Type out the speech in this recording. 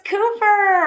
Cooper